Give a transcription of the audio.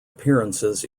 appearances